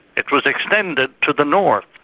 it was extended to the north.